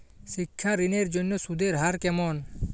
শিক্ষা ঋণ এর জন্য সুদের হার কেমন?